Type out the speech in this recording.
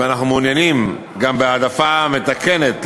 ואנחנו גם מעוניינים בהעדפה מתקנת,